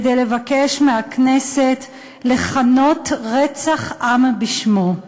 כדי לבקש מהכנסת לכנות רצח עם בשמו.